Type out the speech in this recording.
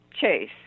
Chase